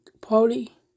party